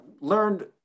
learned